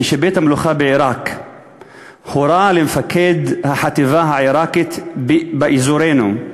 כשבית-המלוכה בעיראק הורה למפקד החטיבה העיראקית באזורנו,